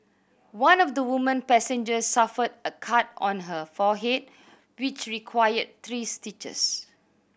one of the woman passengers suffered a cut on her forehead which required three stitches